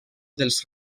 dels